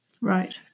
Right